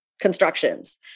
constructions